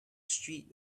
street